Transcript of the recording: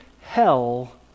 hell